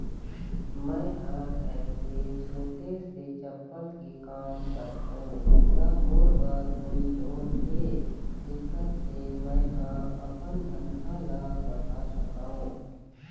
मैं हर ऐसे छोटे से चप्पल के काम करथों ता मोर बर कोई लोन हे जेकर से मैं हा अपन धंधा ला बढ़ा सकाओ?